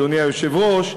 אדוני היושב-ראש,